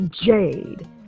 Jade